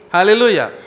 Hallelujah